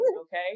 Okay